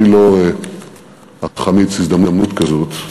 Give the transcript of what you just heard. אני לא אחמיץ הזדמנות כזאת.